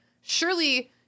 surely